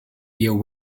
your